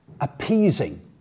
appeasing